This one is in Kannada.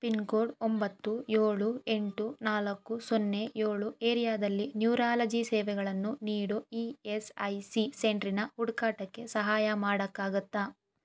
ಪಿನ್ಕೋಡ್ ಒಂಬತ್ತು ಏಳು ಎಂಟು ನಾಲ್ಕು ಸೊನ್ನೆ ಏಳು ಏರಿಯಾದಲ್ಲಿ ನ್ಯೂರಾಲಜಿ ಸೇವೆಗಳನ್ನು ನೀಡೋ ಇ ಎಸ್ ಐ ಸಿ ಸೆಂಟ್ರಿನ ಹುಡ್ಕಾಟಕ್ಕೆ ಸಹಾಯ ಮಾಡೋಕ್ಕಾಗತ್ತಾ